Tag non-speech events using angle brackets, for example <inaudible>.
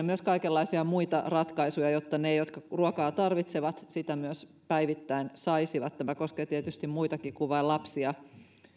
<unintelligible> myös kaikenlaisia muita ratkaisuja jotta ne jotka ruokaa tarvitsevat sitä myös päivittäin saisivat tämä koskee tietysti muitakin kuin vain lapsia